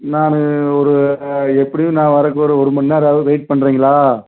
நான் ஒரு எப்படியும் நான் வரதுக்கு ஒரு ஒரு மணி நேரம் ஆகும் வெயிட் பண்ணுறீங்களா